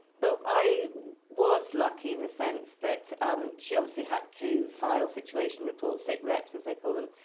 but i was lucky in the sense that she obviously had to file situation reports, sit reps, as they call them,